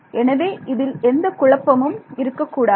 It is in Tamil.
எனவே இதில் எந்த குழப்பமும் இருக்கக் கூடாது